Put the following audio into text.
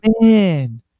Man